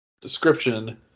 description